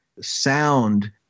Sound